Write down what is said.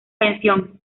pensión